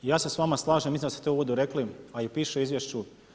Ja se s vama slažem, mislim da ste to u uvodu rekli, a i piše u izvješću.